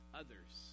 others